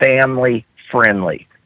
family-friendly